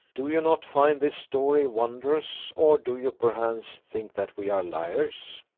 do you not find this story wondrous, or do you perchance think that we are liars?